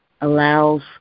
allows